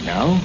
Now